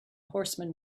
horseman